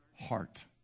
heart